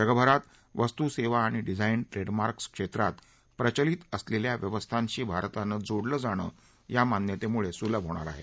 जगभरात वस्तू सेवा आणि डिझाइन ट्रेडमार्क्स क्षेत्रात प्रचलित असलेल्या व्यवस्थांशी भारतानं जोडलं जाणं या मान्यतेम्ळे स्लभ होणार आहे